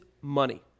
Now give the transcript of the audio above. money